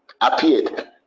appeared